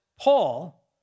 Paul